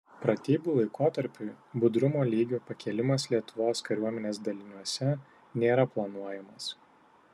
pratybų laikotarpiui budrumo lygio pakėlimas lietuvos kariuomenės daliniuose nėra planuojamas